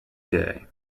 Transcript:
day